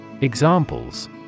Examples